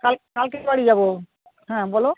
কালকে বাড়ি যাব হ্যাঁ বলো